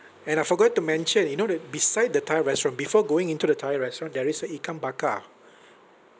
and I forgot to mention you know the beside the thai restaurant before going into the thai restaurant there is a ikan bakar